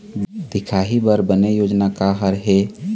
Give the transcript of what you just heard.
दिखाही बर बने योजना का हर हे?